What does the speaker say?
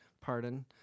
Pardon